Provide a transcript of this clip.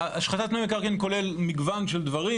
השחתת פני מקרקעין כוללת מגוון דברים,